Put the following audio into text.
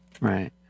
Right